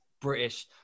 British